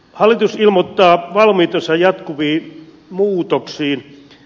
hallitus ilmoittaa valmiutensa jatkuviin muutoksiin